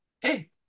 hey